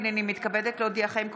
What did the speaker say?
הינני מתכבדת להודיעכם,